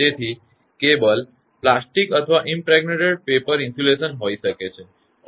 તેથી cable plastic અથવા impregnated paper insulation હોઈ શકે છે